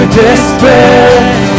despair